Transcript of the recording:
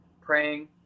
praying